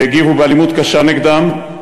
שהגיבו באלימות קשה נגדם.